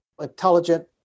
intelligent